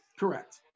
Correct